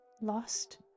lost